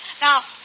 Now